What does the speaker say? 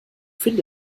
finde